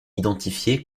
identifié